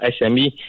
SME